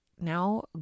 Now